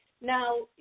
Now